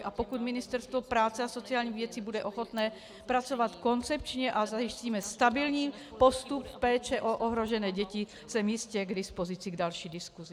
A pokud Ministerstvo práce a sociálních věcí bude ochotné pracovat koncepčně a zajistíme stabilní postup péče o ohrožené děti, jsem jistě k dispozici k další diskusi.